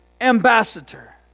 ambassador